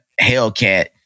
Hellcat